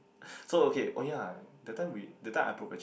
so okay oh yah that time we that time I broke a chair